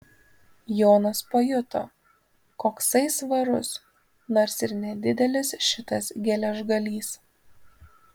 jonas pajuto koksai svarus nors ir nedidelis šitas geležgalys